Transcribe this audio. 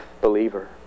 believer